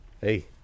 Hey